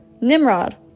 Nimrod